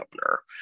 governor